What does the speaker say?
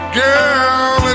girl